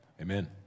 Amen